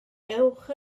ewch